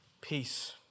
peace